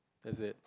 that's it